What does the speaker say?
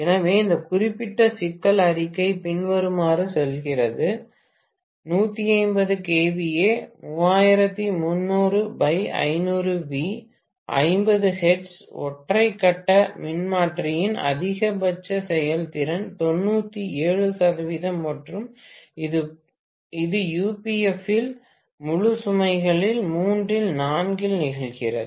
எனவே இந்த குறிப்பிட்ட சிக்கல் அறிக்கை பின்வருமாறு செல்கிறது 150 kVA 3300500 V 50 Hz ஒற்றை கட்ட மின்மாற்றியின் அதிகபட்ச செயல்திறன் 97 மற்றும் இது UPF இல் முழு சுமைகளில் மூன்றில் நான்கில் நிகழ்கிறது